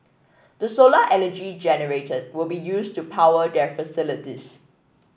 the solar energy generated will be used to power their facilities